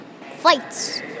fights